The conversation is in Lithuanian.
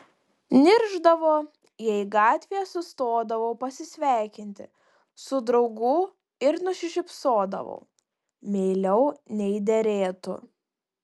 niršdavo jei gatvėje sustodavau pasisveikinti su draugu ir nusišypsodavau meiliau nei derėtų